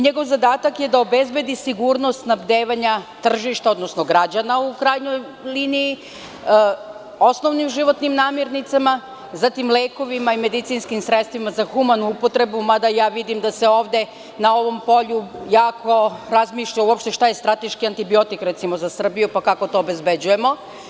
Njegov zadatak je da obezbedi sigurnost snabdevanja tržišta, odnosno građana, u krajnjoj liniji, osnovnim životnim namirnicama, zatim lekovima i medicinskim sredstvima za humanu upotrebu, mada ja vidim da se ovde na ovom polju jako razmišlja, uopšte šta je strateški antibiotik, recimo za Srbiju, pa kako to obezbeđujemo.